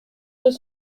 deux